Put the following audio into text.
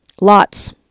Lots